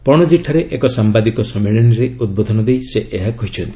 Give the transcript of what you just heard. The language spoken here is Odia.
ପଣଜୀ ଠାରେ ଏକ ସାମ୍ଭାଦିକ ସମ୍ମିଳନୀରେ ଉଦ୍ବୋଧନ ଦେଇ ସେ ଏହା କହିଛନ୍ତି